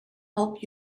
help